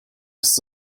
ist